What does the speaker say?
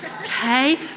Okay